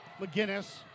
McGinnis